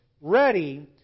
ready